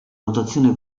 rotazione